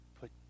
put